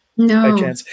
No